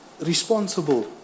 responsible